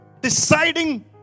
deciding